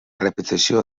repetició